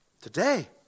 Today